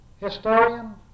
historian